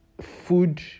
Food